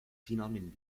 finalment